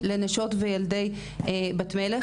לנשות וילדי בת מלך.